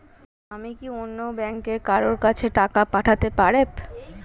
আমি কি অন্য ব্যাংকের কারো কাছে টাকা পাঠাতে পারেব?